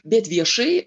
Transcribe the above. bet viešai